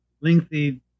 lengthy